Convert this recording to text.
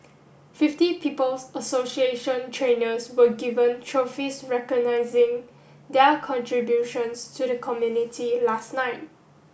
Fifty People's Association trainers were given trophies recognising their contributions to the community last night